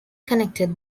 connected